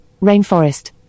rainforest